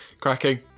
cracking